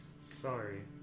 Sorry